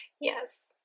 yes